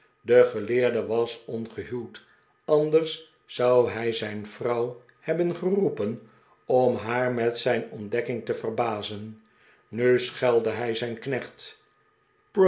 de geleerde was ongehu wd anders zou hij zijn vrouw hebben geroepen om haar met zijn ontdekking te verbazen nu schelde hij zijn knecht